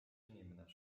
inimene